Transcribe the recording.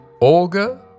Olga